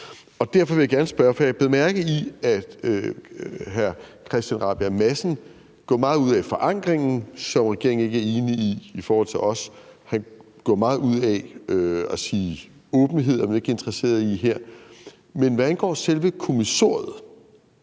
Derfor vil jeg gerne spørge om noget. For jeg bed mærke i, at hr. Christian Rabjerg Madsen gjorde meget ud af forankringen, som regeringen ikke er enig i i forhold til os, og at han gjorde meget ud af at sige, at åbenhed er man her ikke interesseret i. Men hvad angår selve kommissoriet,